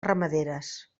ramaderes